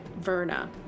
Verna